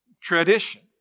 tradition